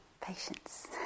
Patience